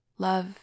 Love